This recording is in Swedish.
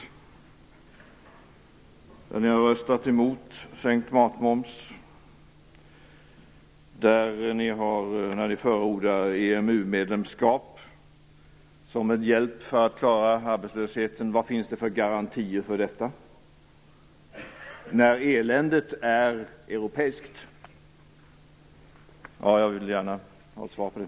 Folkpartiet har röstat mot en sänkning av matmomsen. Folkpartiet förordar EMU-medlemskap som en hjälp för att klara arbetslösheten. Vilka garantier finns det för detta när eländet är europeiskt? Jag vill gärna ha svar på det.